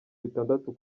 bitandatu